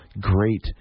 great